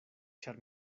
ĉar